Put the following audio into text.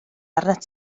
arnat